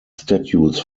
statues